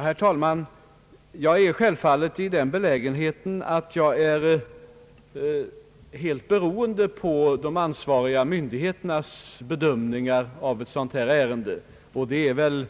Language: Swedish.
Herr talman! Jag är självfallet i den belägenheten att jag är helt beroende av de ansvariga myndigheternas bedömningar av ett sådant här ärende, och det är väl,